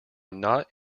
not